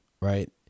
right